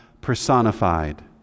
personified